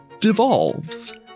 devolves